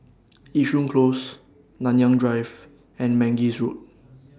Yishun Close Nanyang Drive and Mangis Road